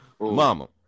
Mama